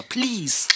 Please